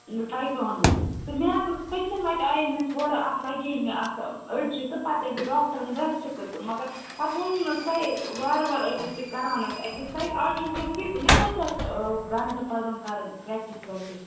ٹٲے کوانڈو تہٕ مےٚ حظ اوس پٔتۍمہِٕ لَٹہِ آیے مےٚ تھوڑا اتھ لَگے مےٚ اتھ أڈجہِ تہٕ پَتہٕ دَپے ڈاکٹرن ریٚسٹ کٔرۍ زِ مگر پَتہٕ ووٚنوٕ تۄہہِ وار وار ٲزِزِ کَران اتھ ایٚکزَرسایِز اَز چھُس بہٕ فِٹ مےٚ کٲژھاہ گَھنٹہٕ پَزن کَرٕنۍ پرٛیٚکٹس ویٚکٹس